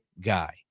guy